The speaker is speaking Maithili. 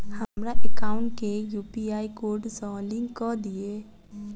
हमरा एकाउंट केँ यु.पी.आई कोड सअ लिंक कऽ दिऽ?